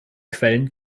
quellen